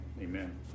Amen